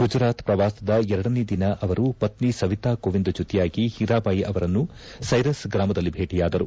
ಗುಜರಾತ್ ಪ್ರವಾಸದ ಎರಡನೇ ದಿನ ಅವರು ಪತ್ನಿ ಸವಿತಾ ಕೋವಿಂದ್ ಜೊತೆಯಾಗಿ ಹೀರಾಬಾಯಿ ಅವರನ್ನು ರೈಸನ್ ಗ್ರಾಮದಲ್ಲಿ ಭೇಟಿಯಾದರು